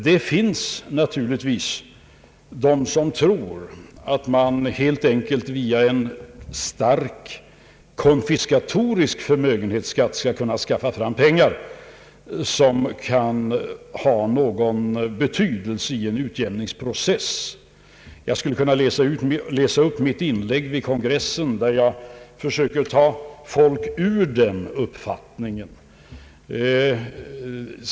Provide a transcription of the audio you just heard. Det finns naturligtvis de som tror att man helt enkelt via en starkt konfiskatorisk förmögenhetsskatt skall kunna skaffa fram pengar som kan ha någon betydelse i en utjämningsprocess. Jag skulle kunna läsa upp mitt inlägg vid kongressen, där jag försöker ta folk ur den uppfattningen.